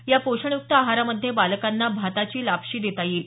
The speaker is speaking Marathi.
या पोषण युक्त आहारामध्ये बालकांना भाताची लापशी देता येईल